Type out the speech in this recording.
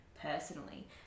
personally